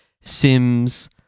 sims